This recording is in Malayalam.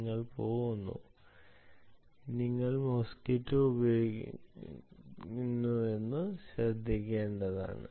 നമ്മൾ മോസ്ക്വിറ്റോ ഉപയോഗിക്കുന്നുവെന്നത് ശ്രദ്ധിക്കേണ്ടതാണ്